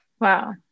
Wow